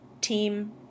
team